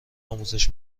آموزش